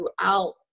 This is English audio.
throughout